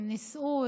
הם נישאו,